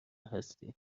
هستیم